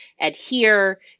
adhere